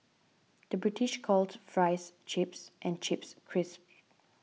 the British calls Fries Chips and Chips Crisps